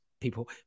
people